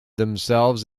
themselves